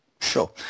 Sure